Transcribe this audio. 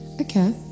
Okay